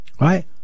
Right